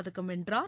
பதக்கம் வென்றார்